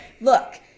look